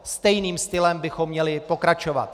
Stejným stylem bychom měli pokračovat.